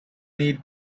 need